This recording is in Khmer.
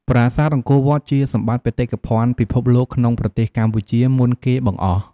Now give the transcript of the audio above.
ប្រាសាទអង្គរវត្ត ជាសម្បត្តិបេតិកភណ្ឌពិភពលោកក្នុងប្រទេសកម្ពុជាមុនគេបង្អស់។